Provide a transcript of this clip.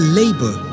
labor